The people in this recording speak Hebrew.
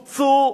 נופצו,